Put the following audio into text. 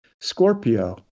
Scorpio